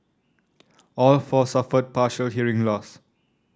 all four suffered partial hearing loss